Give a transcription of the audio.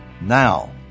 now